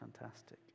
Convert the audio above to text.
fantastic